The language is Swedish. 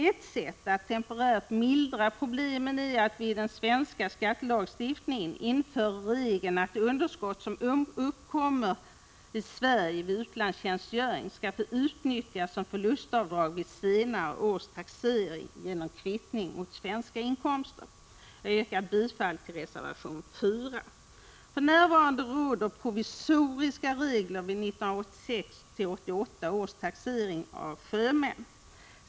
Ett sätt att temporärt mildra problem är att vi i den svenska skattelagstiftningen inför regeln att underskott som uppkommer i Sverige vid utlandstjänstgöring skall få utnyttjas som förlustavdrag vid senare års taxering genom kvittning mot svenska inkomster. Jag yrkar bifall till reservation 4. För närvarande råder provisoriska regler vid 1986-1988 års taxering av Prot. 1985/86:158 sjömän.